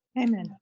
Amen